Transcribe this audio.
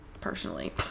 personally